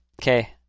Okay